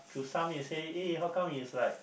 to some you say uh how come is like